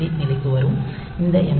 B நிலைக்கு வருகிறது இந்த எல்